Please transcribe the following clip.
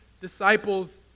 disciples